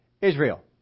Israel